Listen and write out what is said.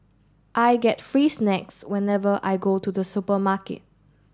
I get free snacks whenever I go to the supermarket